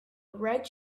red